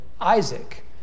Isaac